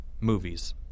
Movies